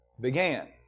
began